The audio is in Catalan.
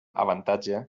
avantatge